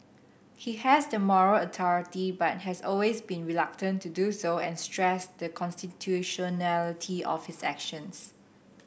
he has the moral authority but has always been reluctant to do so and stressed the constitutionality of his actions